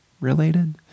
related